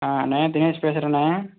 Anna Dinesh பேசறேண்ணா